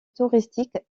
touristique